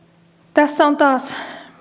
tässä on taas